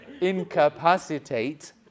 Incapacitate